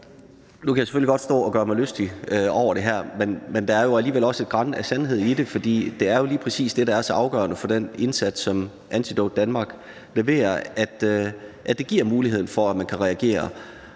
Nu kan jeg selvfølgelig godt stå og gøre mig lystig over det her, men der er jo alligevel også et gran af sandhed i det, for det er lige præcis det, der er så afgørende for den indsats, som Antidote Danmark leverer, altså at det giver muligheden for, at man kan reagere.